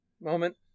Moment